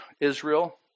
Israel